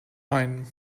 ein